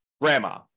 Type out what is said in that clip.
grandma